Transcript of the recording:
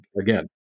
again